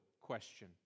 question